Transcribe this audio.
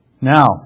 Now